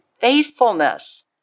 faithfulness